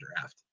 draft